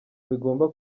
bigomba